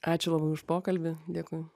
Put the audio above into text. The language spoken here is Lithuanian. ačiū labai už pokalbį dėkui